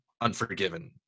Unforgiven